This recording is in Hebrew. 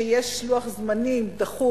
כשיש לוח זמנים דחוף.